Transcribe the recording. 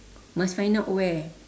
must find out where